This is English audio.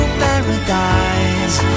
paradise